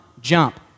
jump